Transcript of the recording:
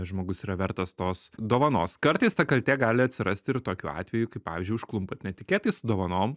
žmogus yra vertas tos dovanos kartais ta kaltė gali atsirasti ir tokiu atveju kai pavyzdžiui užklumpat netikėtai su dovanom